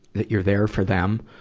that you're there for them.